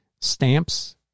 Stamps